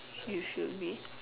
you should be